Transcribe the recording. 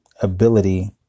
ability